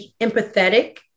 empathetic